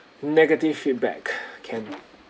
negative feedback can